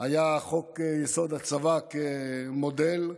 הייתה חוק-יסוד: הצבא כמודל,